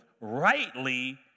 rightly